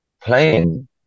playing